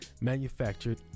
manufactured